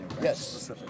Yes